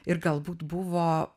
ir galbūt buvo